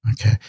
Okay